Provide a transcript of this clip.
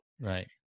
Right